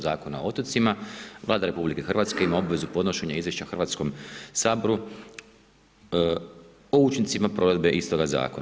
Zakona o otocima Vlada RH ima obvezu podnošenja izvješća Hrvatskom saboru o učincima provedbe istoga zakona.